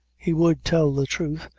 he would tell the truth,